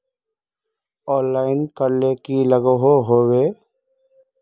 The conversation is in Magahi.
ऑनलाइन करले की लागोहो होबे?